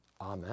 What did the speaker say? Amen